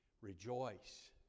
Rejoice